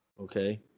Okay